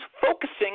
focusing